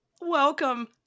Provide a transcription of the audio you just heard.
Welcome